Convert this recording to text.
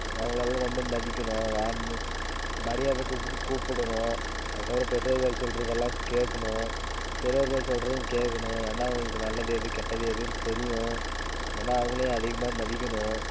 அவங்களெல்லாம் ரொம்ப மதிக்கணும் வான்னு மரியாதை கொடுத்து கூப்பிடணும் அது தவிர பெற்றோர்கள் சொல்கிறதெல்லாம் கேட்கணும் பெரியோர்கள் சொல்கிறதையும் கேட்கணும் ஏன்னா அவங்களுக்கு நல்லது எது கெட்டது எதுன்னு தெரியும் ஏன்னா அவங்களையும் அதிகமாக மதிக்கணும்